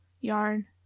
yarn